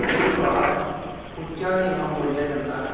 ਕਈ ਵਾਰ ਉੱਚਾ ਨੀਵਾਂ ਬੋਲਿਆ ਜਾਂਦਾ ਹੈ